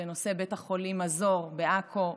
בנושא בית החולים מזור בעכו בפרט,